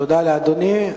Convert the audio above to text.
תודה לאדוני.